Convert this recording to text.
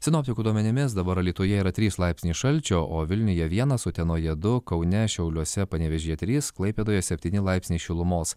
sinoptikų duomenimis dabar alytuje yra trys laipsniai šalčio o vilniuje vienas utenoje du kaune šiauliuose panevėžyje trys klaipėdoje septyni laipsniai šilumos